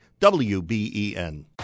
WBEN